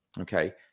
Okay